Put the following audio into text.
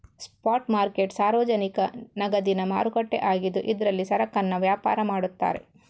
spot market ಸಾರ್ವಜನಿಕ ನಗದಿನ ಮಾರುಕಟ್ಟೆ ಆಗಿದ್ದು ಇದ್ರಲ್ಲಿ ಸರಕನ್ನ ವ್ಯಾಪಾರ ಮಾಡ್ತಾರೆ